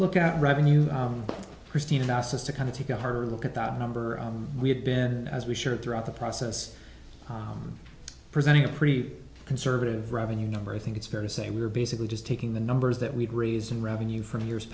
look at revenues christine asked us to kind of take a harder look at that number we had been as we shared throughout the process presenting a pretty conservative revenue number i think it's fair to say we're basically just taking the numbers that we've raised in revenue from years